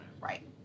right